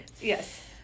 Yes